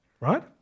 Right